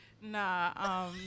Nah